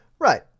Right